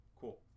Cool